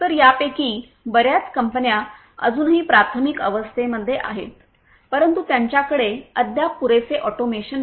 तर यापैकी बर्याच कंपन्या अजूनही प्राथमिक अवस्थेत आहेत परंतु त्यांच्याकडे अद्याप पुरेसे ऑटोमेशन नाही